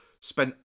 spent